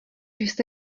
jste